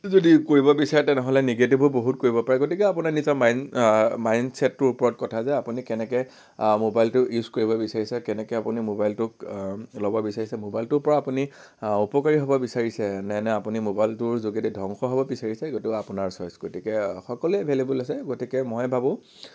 যদি কৰিব বিচাৰে তেনেহ'লে নিগেটিভো বহুত কৰিব পাৰে গতিকে আপোনাৰ নিজা মাইণ্ড মাইণ্ড ছেটটোৰ ওপৰত কথা যে আপুনি কেনেকে মোবাইলটো ইউজ কৰিব বিচাৰিছে কেনেকে আপুনি মোবাইলটোক ল'ব বিচাৰিছে মোবাইলটোৰ পৰা আপুনি উপকাৰী হ'ব বিচাৰিছে নে নে আপুনি মোবাইলটোৰ যোগেদি ধ্বংস হ'ব বিচাৰিছে গটো আপোনাৰ চইছ গতিকে সকলোৱে বেলেগ বেলেগ আছ গতিকে মই ভাৱো